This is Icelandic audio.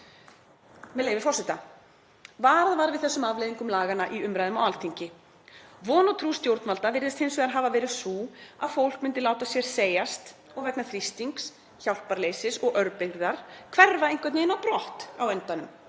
Með leyfi forseta: „Varað var við þessum afleiðingum laganna í umræðum á Alþingi. Von og trú stjórnvalda virðist hins vegar hafa verið sú að fólk myndi láta sér segjast og vegna þrýstings, hjálparleysis og örbirgðar hverfa einhvern veginn á brott á endanum.